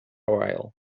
while